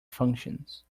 functions